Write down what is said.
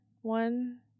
one